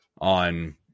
on